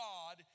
God